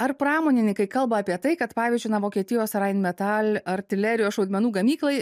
ar pramonininkai kalba apie tai kad pavyzdžiui na vokietijos rainmetal artilerijos šaudmenų gamyklai